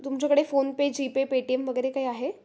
तुमच्याकडे PhonePe GPay Paytm वगैरे काही आहे